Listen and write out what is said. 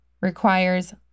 requires